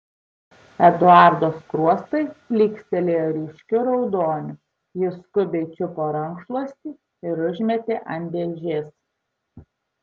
eduardo skruostai plykstelėjo ryškiu raudoniu jis skubiai čiupo rankšluostį ir užmetė ant dėžės